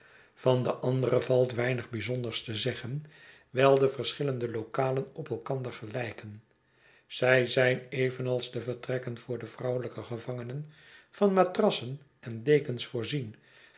van de andere valt weinig bijzonders te zeggen wijl de verschillende lokalen op elkander gelijken zij zijn evenals de vertrekken voor de vrouwelijke gevangenen van matrassen en dekens voorzien